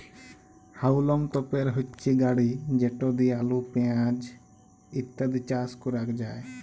হাউলম তপের হচ্যে গাড়ি যেট লিয়ে আলু, পেঁয়াজ ইত্যাদি চাস ক্যরাক যায়